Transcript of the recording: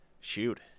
Shoot